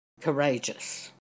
courageous